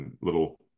little